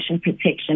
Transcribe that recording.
protection